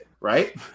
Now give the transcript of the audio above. right